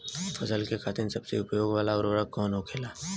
फसल के खातिन सबसे उपयोग वाला उर्वरक कवन होखेला?